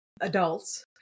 adults